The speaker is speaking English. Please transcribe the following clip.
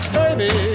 baby